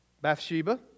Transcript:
Bathsheba